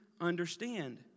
understand